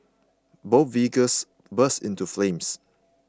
both vehicles burst into flames